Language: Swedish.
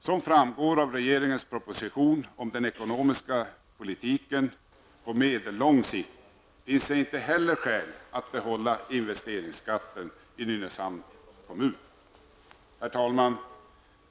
Som framgår av regeringens proposition om den ekonomiska politiken på medellång sikt, finns det inte heller skäl att behålla investeringsskatten i Nynäshamns kommun. Herr talman!